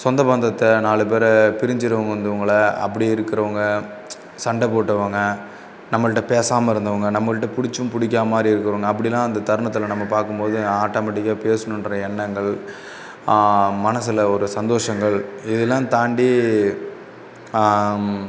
சொந்த பந்தத்தை நாலு பேரை பிரிஞ்சிருக்கிறவங்க வந்து இவங்கள அப்படி இருக்கறவங்க சண்டை போட்டவங்க நம்மகிட்ட பேசாமல் இருந்தவங்க நம்மகிட்ட பிடிச்சும் பிடிக்கா மாதிரி இருக்கவங்க அப்படிலான் அந்த தருணத்தில் நம்ம பார்க்கும்போது ஆட்டமெட்டிக்காக பேசணுன்ற எண்ணங்கள் மனதில் ஒரு சந்தோஷங்கள் இதுலாம் தாண்டி